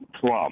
plum